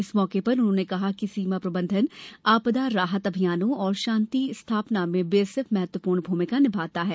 इस मौके पर उन्होंने कहा कि सीमा प्रबंधन आपदा राहत अभियानों और शांति स्थापना में बीएसएफ महत्वपूर्ण भूमिका निभाता है